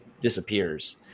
disappears